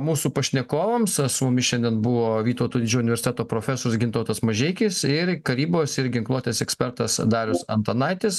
mūsų pašnekovams su mumis šiandien buvo vytauto didžiojo universiteto profesorius gintautas mažeikis ir karybos ir ginkluotės ekspertas darius antanaitis